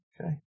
Okay